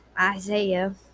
Isaiah